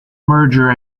merger